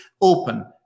open